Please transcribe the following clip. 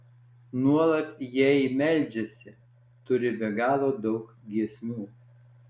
nuolat jai meldžiasi turi be galo daug giesmių